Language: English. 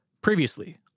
Previously